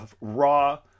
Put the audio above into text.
raw